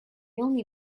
only